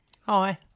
hi